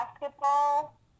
basketball